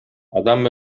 адам